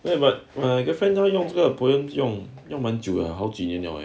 what but my girlfriend 都用这个 POEMS 用用蛮久好几年了诶